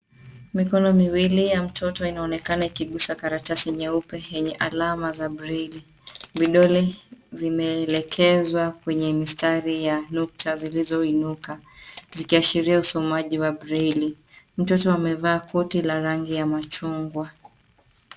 Mikono miwili ya mtoto inaonekana ikigusa karatasi nyeupe yenye alama za braille .Vidole vimeelekezwa kwenye mistari ya nukta zilizoinuka. Zikiashiria usomaji wa braille .Mtoto amevaa koti la rangi ya machungwa.